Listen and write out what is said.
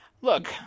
Look